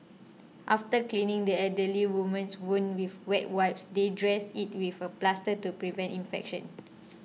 after cleaning the elderly woman's wound with wet wipes they dressed it with a plaster to prevent infection